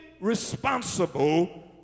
responsible